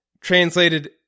translated